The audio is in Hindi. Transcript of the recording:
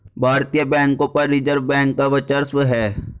भारतीय बैंकों पर रिजर्व बैंक का वर्चस्व है